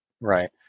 Right